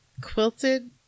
Quilted